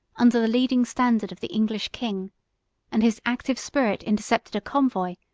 under the leading standard of the english king and his active spirit intercepted a convoy,